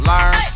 Learn